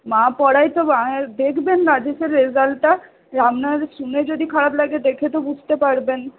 মা পড়ায় তো মায়ের দেখবেন রাজেশের রেজাল্টটা আপনার শুনে যদি খারাপ লাগে দেখে তো বুঝতে পারবেন